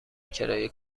کرایه